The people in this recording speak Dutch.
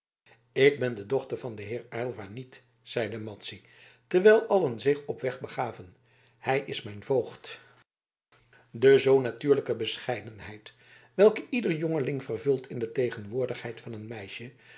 ik ben de dochter van den heer van aylva niet zeide madzy terwijl allen zich op weg begaven hij is mijn voogd de zoo natuurlijke bescheidenheid welke ieder jongeling vervult in de tegenwoordigheid van een meisje